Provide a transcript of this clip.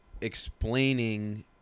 explaining